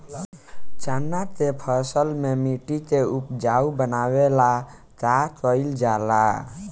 चन्ना के फसल में मिट्टी के उपजाऊ बनावे ला का कइल जाला?